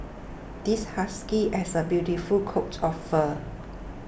this husky has a beautiful coat of fur